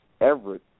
Everett